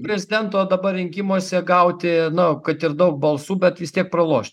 prezidento dabar rinkimuose gauti na kad ir daug balsų bet vis tiek pralošt